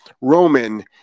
Roman